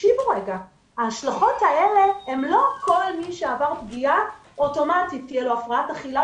לא כל מי שעבר פגיעה אוטומטית תהיה לו הפרעת אכילה,